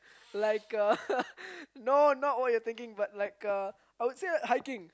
like a no no not what you're thinking but like a I would say hiking